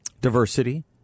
diversity